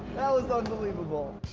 that was unbelievable.